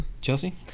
Chelsea